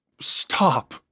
stop